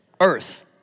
Earth